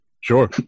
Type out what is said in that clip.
Sure